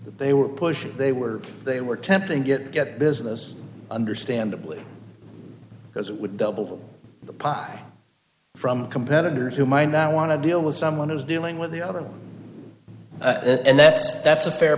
they were pushing they were they were tempting to get get business understandably because it would double the pot from competitors who might not want to deal with someone who's dealing with the other and that's that's a fair